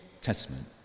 Testament